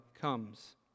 comes